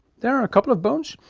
there are a couple of bones,